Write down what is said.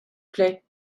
plait